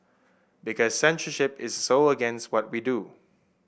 because censorship is so against what we do